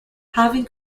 having